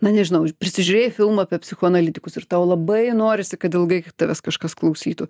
na nežinau prisižiūrėjai filmų apie psichoanalitikus ir tau labai norisi kad ilgai tavęs kažkas klausytų